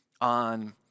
on